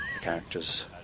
characters